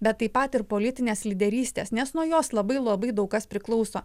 bet taip pat ir politinės lyderystės nes nuo jos labai labai daug kas priklauso